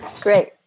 Great